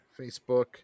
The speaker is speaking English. Facebook